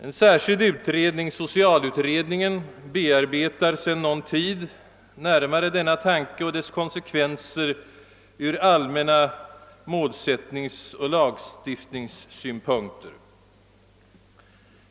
En särskild utredning, socialutredningen, bearbetar sedan någon tid närmare denna tanke och dess konsekvenser från allmänna målsättningsoch lagstiftningssynpunkter.